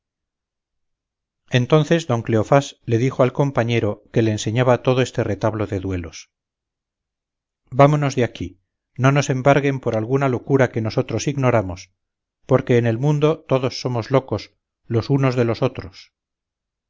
entonces don cleofás le dijo al compañero que le enseñaba todo este retablo de duelos vámonos de aquí no nos embarguen por alguna locura que nosotros ignoramos porque en el mundo todos somos locos los unos de los otros